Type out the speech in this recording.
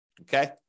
okay